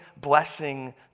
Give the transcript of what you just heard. blessing